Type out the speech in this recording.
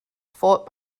fort